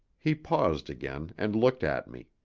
he paused again and looked at me.